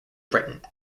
written